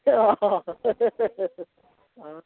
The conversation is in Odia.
ଅହ ହଁ